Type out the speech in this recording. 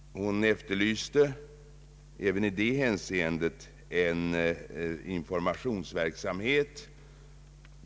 Hon efterlyste även i det hänseendet en mer aktiv informationsverksamhet.